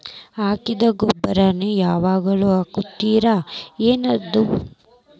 ಹಾಕಿದ್ದ ಗೊಬ್ಬರಾನೆ ಯಾವಾಗ್ಲೂ ಹಾಕಿದ್ರ ಏನ್ ಆಗ್ತದ?